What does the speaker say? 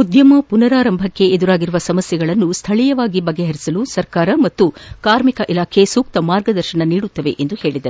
ಉದ್ದಮ ಮನರಾರಂಭಕ್ಷೆ ಎದುರಾಗಿರುವ ಸಮಸ್ಥೆಗಳನ್ನು ಸ್ವಳೀಯವಾಗಿ ಪರಿಹರಿಸಲು ಸರ್ಕಾರ ಹಾಗೂ ಕಾರ್ಮಿಕ ಇಲಾಖೆ ಸೂಕ್ತ ಮಾರ್ಗದರ್ಶನ ನೀಡಲಿದೆ ಎಂದು ತಿಳಿಸಿದರು